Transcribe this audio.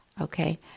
Okay